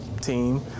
team